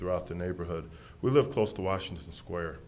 throughout the neighborhood we live close to washington square